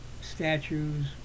statues